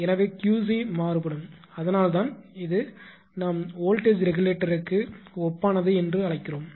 எனவே Qc மாறுபடும் அதனால் தான் இது நாம் வோல்ட்டேஜ் ரெகுலேட்டர்க்கு ஒப்பானது என்று அழைக்கிறோம்